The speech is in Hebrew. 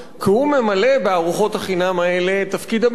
ממלא בארוחות החינם האלה את תפקיד המלצר,